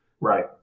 Right